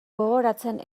gogoratzen